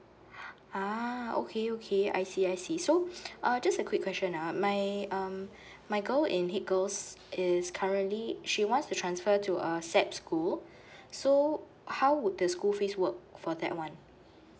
uh okay okay I see I see so uh just a quick question ah my um my girl in heage is currently she wants to transfer to a sap school so how would the school fees work for that one